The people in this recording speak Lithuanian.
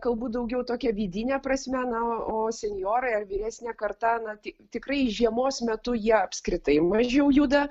galbūt daugiau tokia vidine prasme na o senjorai ar vyresnė karta na tai tikrai žiemos metu jie apskritai mažiau juda